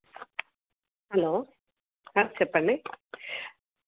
hello చెప్పండి